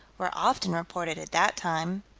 were often reported at that time.